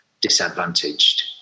disadvantaged